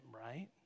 right